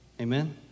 Amen